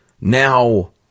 Now